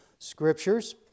Scriptures